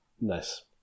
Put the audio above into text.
Nice